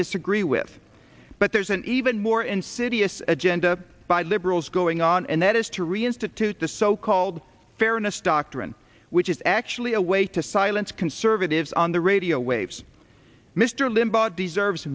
disagree with but there's an even more insidious agenda by liberals going on and that is to reinstitute the so called fairness doctrine which is actually a way to silence conservatives on the radio waves mr limbaugh deserves